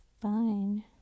fine